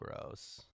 gross